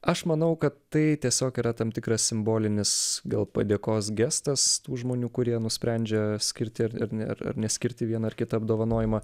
aš manau kad tai tiesiog yra tam tikras simbolinis gal padėkos gestas tų žmonių kurie nusprendžia skirti ar ne ar ar neskirti vieną ar kitą apdovanojimą